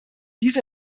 diese